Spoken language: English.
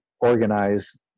organize